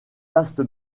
vaste